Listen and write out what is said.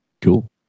Cool